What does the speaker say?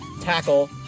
tackle